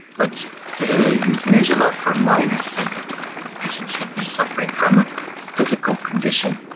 but the euthanasia law for minors says that a patient should be suffering from a physical condition,